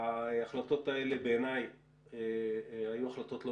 ההחלטות האלה בעיניי היו החלטות לא